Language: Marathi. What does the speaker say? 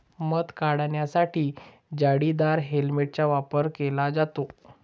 मध काढण्यासाठी जाळीदार हेल्मेटचा वापर केला जातो